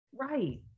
Right